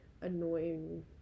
annoying